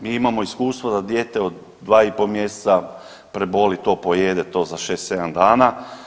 Mi imamo iskustva da dijete od 2,5 mjeseca preboli to, pojede to za 6-7 dana.